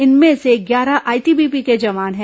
इनमें से ग्यारह आईटीबीपी के जवान है